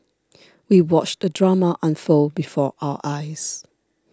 we watched the drama unfold before our eyes